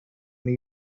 new